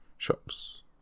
Shops